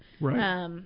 Right